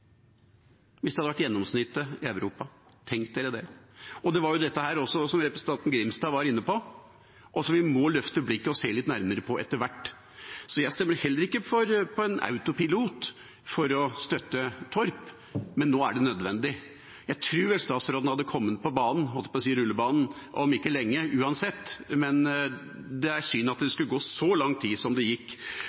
hvis det hadde vært gjennomsnittet i Europa – tenk dere det. Det var også dette som representanten Grimstad var inne på. Vi må løfte blikket og se nærmere på det etter hvert. Jeg stemmer heller ikke på autopilot for å støtte Torp, men nå er det nødvendig. Jeg tror statsråden hadde kommet på banen – holdt på å si rullebanen – om ikke lenge, uansett, men det er synd at det skulle gå så lang tid som det gikk.